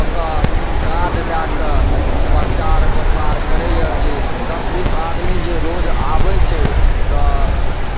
ओतऽ कार्ड दए कऽ प्रचार प्रसार करैए जे दस बीस आदमी जे रोज आबै छै तऽ